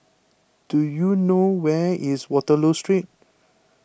do you know where is Waterloo Street